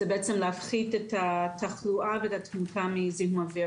זה בעצם להפחית את התחלואה ואת התמותה מזיהום אוויר.